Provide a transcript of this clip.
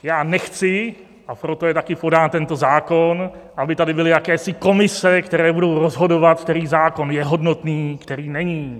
Já nechci, a proto je taky podán tento zákon, aby tady byly jakési komise, které budou rozhodovat, který výrok je hodnotný, který není.